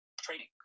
training